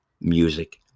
music